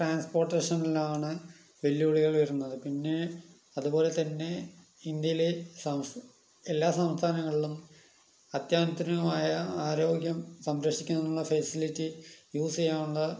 ട്രാൻസ്പോട്ടേഷൻലാണ് വെല്ലുവിളികൾ വരുന്നത് പിന്നേ അതുപോലെ തന്നെ ഇന്ത്യയിലെ എല്ലാ സംസ്ഥാനങ്ങളിലും അത്യാധൂനികമായ ആരോഗ്യം സംരക്ഷിക്കുന്നതിനുള്ള ഫെസിലിറ്റി യൂസ് ചെയ്യാനുള്ള